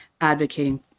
advocating